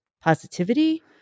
positivity